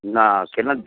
না কেন